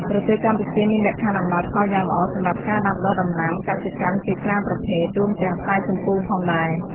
ប្រទេសកម្ពុជាមានលក្ខខណ្ឌអំណោយផលយ៉ាងល្អសម្រាប់ការដាំដុះដំណាំកសិកម្មជាច្រើនប្រភេទ រួមទាំងផ្លែជម្ពូផងដែរ។